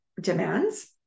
demands